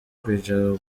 kwicara